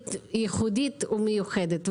תוכנית ייחודית ומיוחדת.